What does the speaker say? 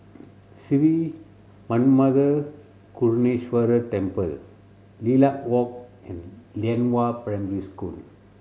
Sri Manmatha Karuneshvarar Temple Lilac Walk and Lianhua Primary School